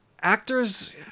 actors